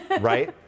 right